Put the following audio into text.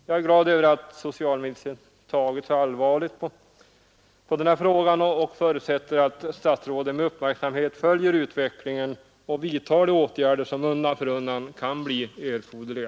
Jag är glad över att socialministern tagit så allvarligt på denna fråga och förutsätter att statsrådet med uppmärksamhet följer utveckligen och vidtar de åtgärder som undan för undan kan bli erforderliga.